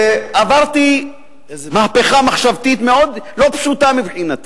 עברתי מהפכה מחשבתית מאוד לא פשוטה מבחינתי